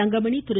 Thangamani Thiru